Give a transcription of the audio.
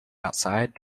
outside